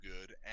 good